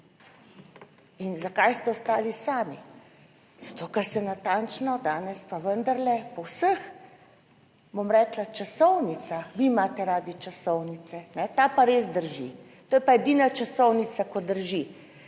In zakaj ste ostali sami? Zato, ker se natančno danes pa vendarle po vseh, bom rekla časovnicah, vi imate radi časovnice, ta pa res drži, to je pa edina časovnica, ki drži,